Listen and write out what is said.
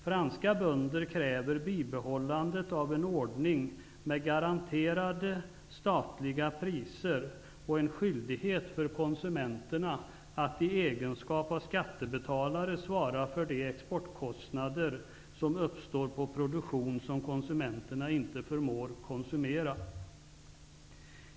Franska bönder kräver bibehållandet av en ordning med garanterade statliga priser och en skyldighet för konsumenterna att i egenskap av skattebetalare svara för de exportkostnader som uppstår för produktion de inte förmår konsumera.